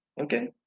okay